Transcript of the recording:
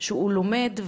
שהוא לומד,